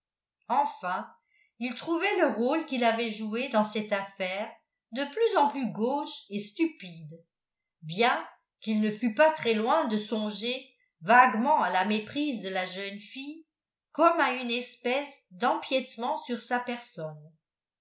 enfin il trouvait le rôle qu'il avait joué dans cette affaire de plus en plus gauche et stupide bien qu'il ne fût pas très loin de songer vaguement à la méprise de la jeune fille comme à une espèce d'empiètement sur sa personne